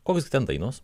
kokios ten dainos